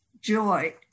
joy